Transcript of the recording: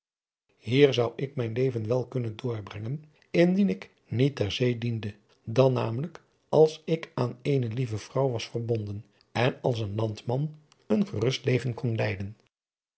hier zou ik mijn leven wel kunnen doorbrengen indien ik niet ter zee diende dan namelijk als ik aan eene lieve vrouw was verbonden en als een landman een gerust leven kon leiden